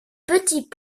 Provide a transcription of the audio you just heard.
petit